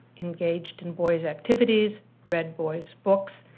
engaged in boys' activities, read boys' books.